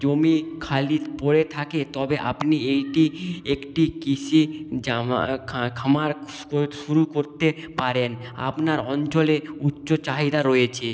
জমি খালি পড়ে থাকে তবে আপনি এইটি একটি কৃষি জামা খামার শুরু করতে পারেন আপনার অঞ্চলে উচ্চ চাহিদা রয়েছে